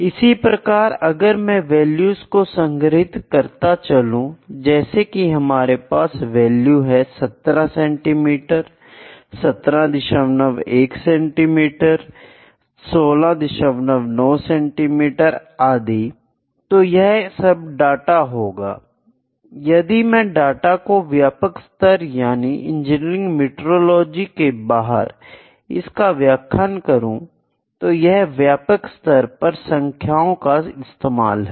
इसी प्रकार अगर मैं वैल्यूज को संग्रहित करता चलूं जैसे कि हमारे पास वैल्यूज है 17 सेंटीमीटर 171 सेंटीमीटर 169 सेंटीमीटर आदि तो यह सब डाटा होगा और यदि मैं डाटा को व्यापक स्तर यानि इंजीनियरिंग मैट्रोलोजी के बाहर इसका व्याख्यान करूं तो यह व्यापक स्तर पर संख्याओं का इस्तेमाल है